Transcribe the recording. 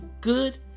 good